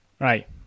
right